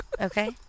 Okay